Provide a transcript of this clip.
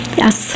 yes